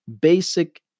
basic